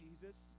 Jesus